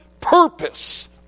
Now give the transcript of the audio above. purpose